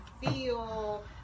feel